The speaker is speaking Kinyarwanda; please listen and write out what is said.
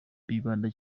bibanda